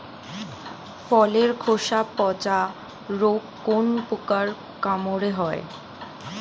ফলের খোসা পচা রোগ কোন পোকার কামড়ে হয়?